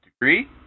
Degree